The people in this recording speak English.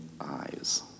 eyes